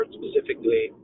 specifically